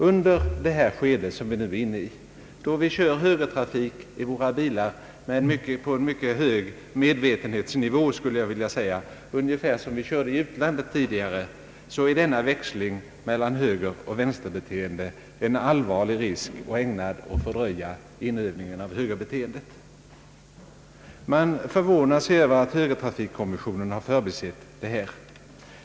I det skede vi nu befinner oss i, då vi tillämpar högertrafik i våra bilar på en mycket hög medvetenhetsnivå — ungefär så som vi körde i utlandet tidigare är denna växling mellan högeroch vänsterbeteende en allvarlig risk och ägnad att fördröja inövningen av högerbeteendet. Man förvånar sig över att högertrafikkommissionen har förbisett detta.